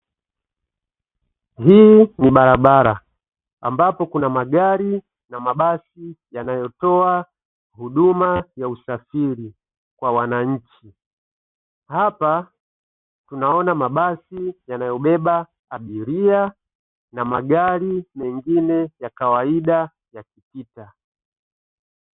Hii ni barabara, ambapo kuna magari na mabasi yanayotoa huduma ya usafiri kwa wananchi. Hapa tunaona mabasi yanayobeba abiria na magari mengine ya kawaida yakipita.